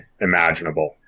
imaginable